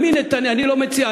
אני לא מציע,